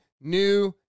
new